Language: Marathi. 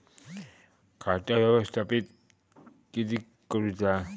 खाता व्यवस्थापित किद्यक करुचा?